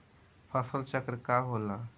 फसल चक्र का होला?